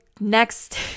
next